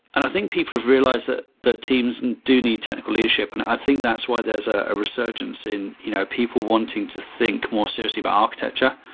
and i think people have realized that that teams do need technical leadership, and i think that's why there's a resurgence in you know people wanting to think more seriously about architecture.